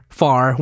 far